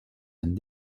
and